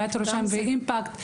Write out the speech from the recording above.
עיריית ירושלים ו- Impact,